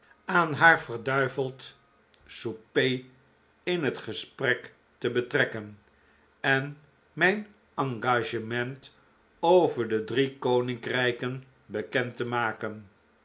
aan haar verd souper in het gesprek te betrekken en mijn engagement over de drie koninkrijken bekend te maken